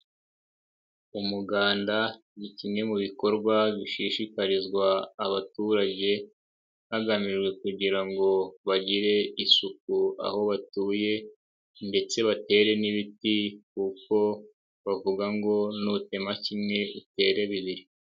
Umuganda ni kimwe mu bikorwa bishishikarizwa abaturage hagamijwe kugira ngo bagire isuku aho batuye ndetse batere n'ibiti kuko bavuga ngo nutema kimwe utere bibiri.